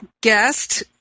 guest